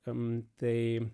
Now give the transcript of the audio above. kam tai